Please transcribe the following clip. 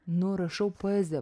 nu rašau poeziją